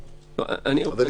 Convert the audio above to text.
בפועל, אבל את זה אני